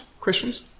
questions